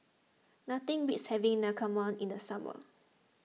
nothing beats having Naengmyeon in the summer